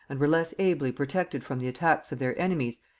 and were less ably protected from the attacks of their enemies,